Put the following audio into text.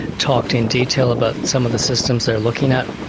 talked in detail about some of the systems they're looking at.